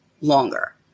longer